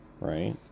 right